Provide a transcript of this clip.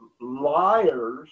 liars